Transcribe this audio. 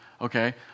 okay